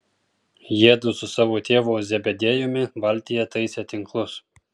jiedu su savo tėvu zebediejumi valtyje taisė tinklus